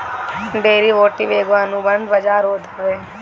derivative एगो अनुबंध बाजार होत हअ